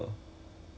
oh 有 ah